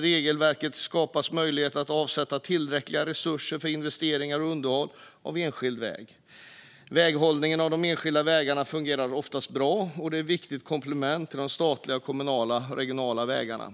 Regelverket måste skapa möjligheter att avsätta tillräckliga resurser för investeringar och underhåll av enskilda vägar. Väghållningen av de enskilda vägarna fungerar oftast bra, och de är ett viktigt komplement till de statliga, kommunala och regionala vägarna.